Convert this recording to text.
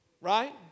Right